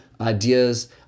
ideas